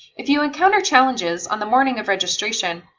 if you encounter challenges on the morning of registration,